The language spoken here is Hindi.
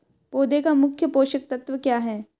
पौधे का मुख्य पोषक तत्व क्या हैं?